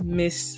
miss